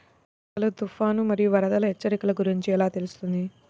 అసలు తుఫాను మరియు వరదల హెచ్చరికల గురించి ఎలా తెలుస్తుంది?